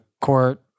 court